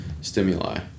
stimuli